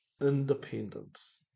independence